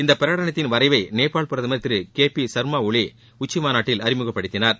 இந்த பிரகடனத்தின் வரைவை நேபாள் பிரதமர் திரு கே பி சர்மாஒலி உச்சிமாநாட்டில் அறிமுகப்படுத்தினார்